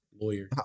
lawyer